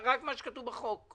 רק מה שכתוב בחוק.